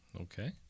Okay